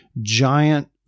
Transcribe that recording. giant